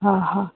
हां हां